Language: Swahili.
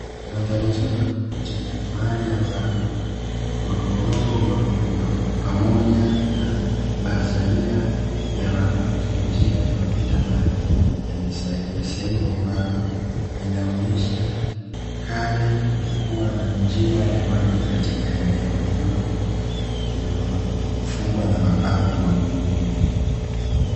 Mandhari nzuri ya kuvutia mahali ambapo makorongo makubwa pamoja na nadharia ya mabaki ya njia inayopita maji yamesalia sehemu ambapo, inaonyesha kale kulikuwa na njia ya maji katika eneo hilo, lililofungwa na mapango makubwa.